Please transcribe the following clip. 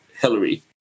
Hillary